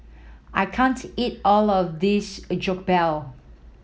I can't eat all of this Jokbal